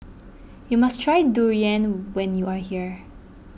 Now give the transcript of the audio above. you must try Durian when you are here